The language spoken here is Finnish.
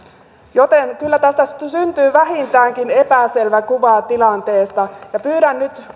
joten kyllä tästä syntyy vähintäänkin epäselvä kuva kuva tilanteesta pyydän nyt